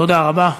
תודה רבה.